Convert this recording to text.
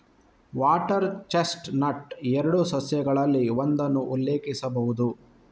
water chestnut ಎರಡು ಸಸ್ಯಗಳಲ್ಲಿ ಒಂದನ್ನು ಉಲ್ಲೇಖಿಸಬಹುದು